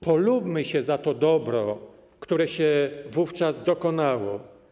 Polubmy się za to dobro, które się wówczas dokonało.